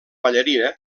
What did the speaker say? ballarina